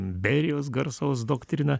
berijos garsaus doktrina